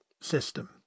system